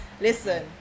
Listen